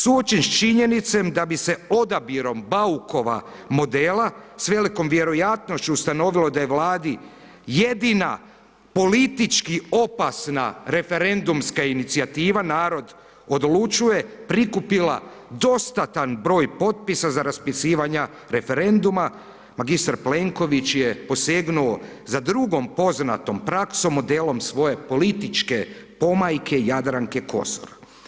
Suočen s činjenicom da bi se odabirom Baukova modela s velikom vjerojatnošću ustanovilo da je Vladi jedina politički opasna referendumska inicijativa Narod odlučuje prikupila dostatan broj potpisa za raspisivanja referenduma, magistar Plenković je posegnuo za drugom poznatom praksom modelom svoje političke pomajke Jadranke Kosor.